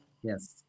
Yes